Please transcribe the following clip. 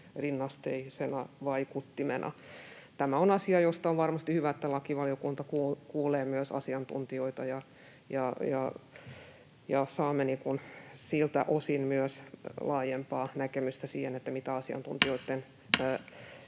rinnasteisena vaikuttimena. Tämä on asia, josta on varmasti hyvä, että lakivaliokunta kuulee myös asiantuntijoita, ja saamme siltä osin myös laajempaa näkemystä siihen, mikä asiantuntijoitten